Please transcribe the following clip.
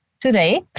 Today